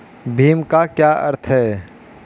भीम का क्या अर्थ है?